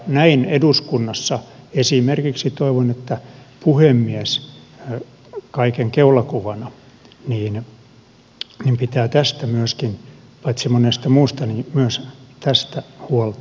näin toivon että eduskunnassa esimerkiksi puhemies kaiken keulakuvana pitää tästä myöskin paitsi monesta muusta myös tästä huolta